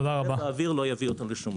דיבורים באוויר לא יביא אותנו לשום מקום.